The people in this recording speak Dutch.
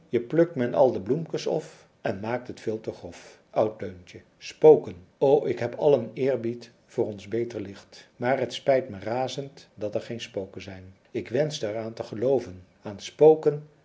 je plukt men al de bloemkens of en maakt het veel te grof oud deuntje spoken o ik heb allen eerbied voor ons beter licht maar het spijt me razend dat er geen spoken zijn ik wenschte er aan te gelooven aan spoken